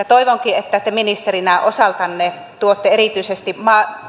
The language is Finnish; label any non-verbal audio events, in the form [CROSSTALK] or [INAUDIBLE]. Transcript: [UNINTELLIGIBLE] toivonkin että te ministerinä osaltanne tuotte erityisesti